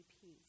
peace